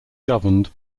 governed